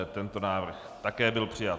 Tento návrh také byl přijat.